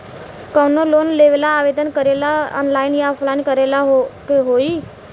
कवनो लोन लेवेंला आवेदन करेला आनलाइन या ऑफलाइन करे के होई?